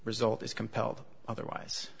result is compelled otherwise